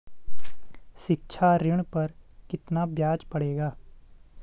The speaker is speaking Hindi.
शिक्षा ऋण पर कितना ब्याज पड़ेगा?